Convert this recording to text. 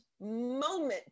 moment